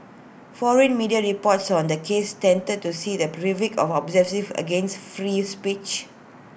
foreign media reports on the case tended to see the as oppressive against free speech